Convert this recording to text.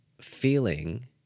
feeling